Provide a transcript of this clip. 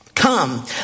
come